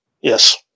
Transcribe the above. Yes